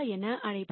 என அழைப்போம்